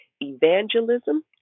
Evangelism